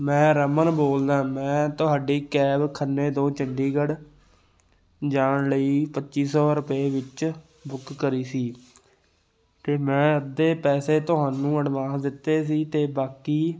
ਮੈਂ ਰਮਨ ਬੋਲਦਾ ਮੈਂ ਤੁਹਾਡੀ ਕੈਬ ਖੰਨੇ ਤੋਂ ਚੰਡੀਗੜ੍ਹ ਜਾਣ ਲਈ ਪੱਚੀ ਸੌ ਰੁਪਏ ਵਿੱਚ ਬੁੱਕ ਕਰੀ ਸੀ ਅਤੇ ਮੈਂ ਅੱਧੇ ਪੈਸੇ ਤੁਹਾਨੂੰ ਅਡਵਾਂਸ ਦਿੱਤੇ ਸੀ ਅਤੇ ਬਾਕੀ